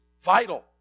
vital